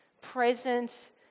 present